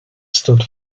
stud